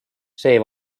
see